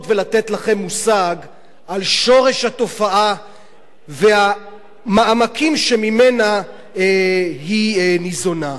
ולתת לכם מושג על שורש התופעה והמעמקים שמהם היא ניזונה.